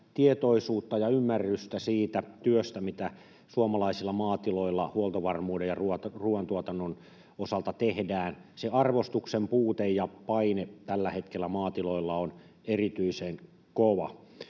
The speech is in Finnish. tietoisuutta ja ymmärrystä siitä työstä, mitä suomalaisilla maatiloilla huoltovarmuuden ja ruoantuotannon osalta tehdään. Se arvostuksen puute ja paine tällä hetkellä maatiloilla on erityisen kova.